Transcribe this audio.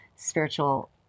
spiritual